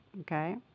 Okay